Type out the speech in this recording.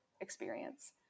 experience